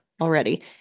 already